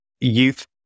Youth